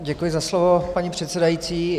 Děkuji za slovo, paní předsedající.